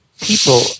People